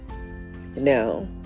Now